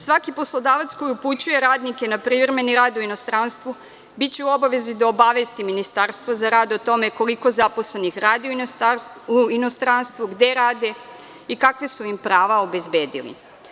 Svaki poslodavac koji upućuje radnike na privremeni rad u inostranstvo biće u obavezi da obavesti Ministarstvo za rad o tome koliko zaposlenih radi u inostranstvu, gde rade i kakva su ima prava obezbedili.